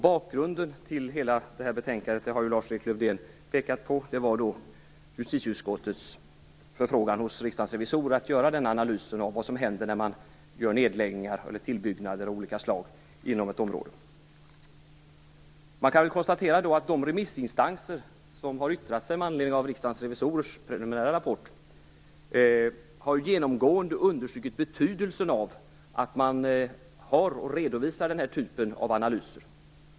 Bakgrunden till hela betänkandet var, som Lars-Eriks Lövdén pekade på, justitieutskottets förfrågan till Riksdagens revisorer om att göra en analys av vad som händer när man lägger ned eller gör tillbyggnader av olika slag inom ett område. De remissinstanser som yttrat sig med anledning av Riksdagens revisorers preliminära rapport har genomgående understrukit betydelsen av att man gör och redovisar den här typen av analyser.